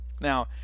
Now